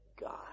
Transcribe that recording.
God